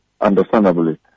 understandably